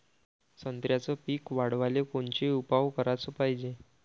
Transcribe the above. संत्र्याचं पीक वाढवाले कोनचे उपाव कराच पायजे?